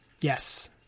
Yes